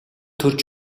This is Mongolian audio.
төрж